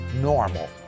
normal